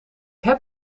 heb